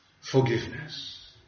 Forgiveness